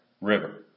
river